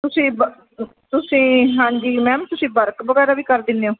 ਤੁਸੀਂ ਵ ਤੁਸੀਂ ਹਾਂਜੀ ਮੈਮ ਤੁਸੀਂ ਵਰਕ ਵਗੈਰਾ ਵੀ ਕਰ ਦਿੰਦੇ ਹੋ